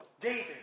David